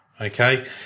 okay